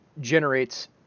generates